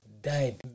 died